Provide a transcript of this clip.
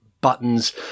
buttons